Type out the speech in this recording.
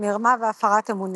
מרמה והפרת אמונים,